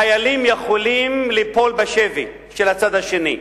חיילים יכולים ליפול בשבי של הצד השני,